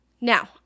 Now